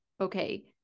Okay